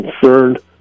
concerned